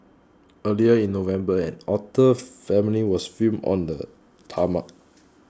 earlier in November an otter family was filmed on the tarmac